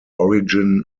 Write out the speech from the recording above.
origin